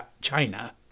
China